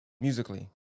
Musically